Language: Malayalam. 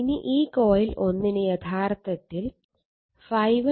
ഇനി ഈ കോയിൽ 1 ന് യഥാർത്ഥത്തിൽ ∅1 ∅11 ∅12